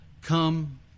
come